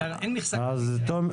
אין מכסה -- תומר,